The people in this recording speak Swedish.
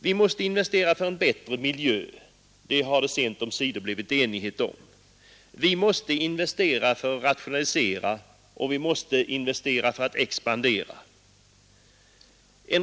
Vi måste investera för en bättre miljö — det har det sent omsider blivit enighet om —, vi måste investera för att rationalisera, och vi måste investera för att expandera.